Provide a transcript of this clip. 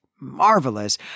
marvelous